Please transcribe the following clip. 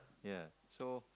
ya so